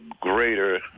greater